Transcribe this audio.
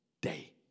day